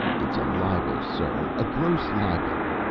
it's a libel, sir a gross libel!